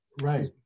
right